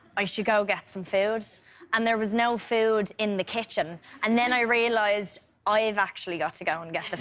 i should go get some food and there was no food in the kitchen and then i realized i have actually got to go and get